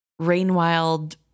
Rainwild